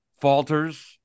falters